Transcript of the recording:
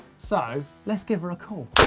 so, let's give her a call.